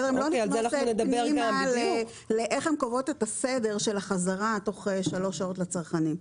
הן לא נכנסות פנימה לקביעת הסדר של החזרה תוך שלוש שעות לצרכנים.